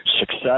Success